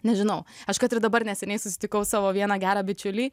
nežinau aš kad ir dabar neseniai susitikau savo vieną gerą bičiulį